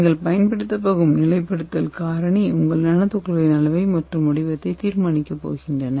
நீங்கள் பயன்படுத்தப் போகும் நிலைப்படுத்துதல் காரணி உங்கள் நானோ துகள்களின் அளவு மற்றும் வடிவத்தை தீர்மானிக்கப் போகிறது